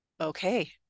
okay